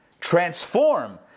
transform